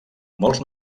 molts